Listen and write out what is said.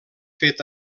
fet